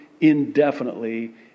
indefinitely